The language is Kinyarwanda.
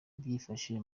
byifashe